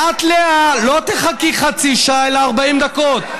ואת, לאה, לא תחכי חצי שעה אלא 40 דקות.